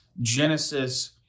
Genesis